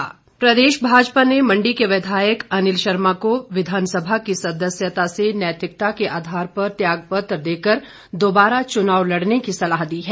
भाजपा प्रदेश भाजपा ने मंडी के विधायक अनिल शर्मा को विधानसभा की सदस्यता से नैतिकता के आधार पर त्यागपत्र देकर दोबारा चुनाव लड़ने की सलाह दी है